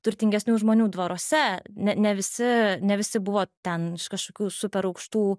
turtingesnių žmonių dvaruose ne ne visi ne visi buvo ten iš kažkokių super aukštų